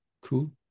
cool